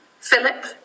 Philip